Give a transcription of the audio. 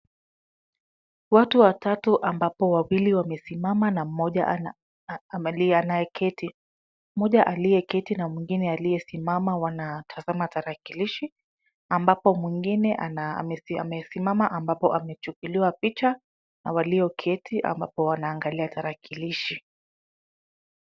Watu watatu ambapo wawili wamesimama na mmoja anayeketi. Mmoja aliyeketi na mwingine aliyesimama wanatazama tarakilishi ambapo mwingine amesimama ambapo amechukuliwa picha na walioketi ambapo wanaangalia tarakilishi.